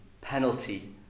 penalty